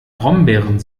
brombeeren